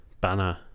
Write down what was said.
banner